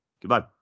Goodbye